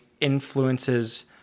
influences